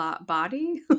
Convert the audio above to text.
Body